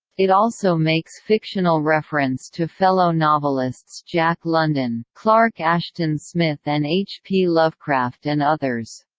it also makes fictional reference to fellow novelists jack london, clark ashton smith and h p. lovecraft and others.